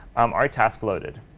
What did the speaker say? um our task loaded.